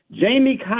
Jamie